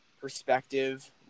perspective